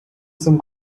some